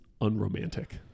unromantic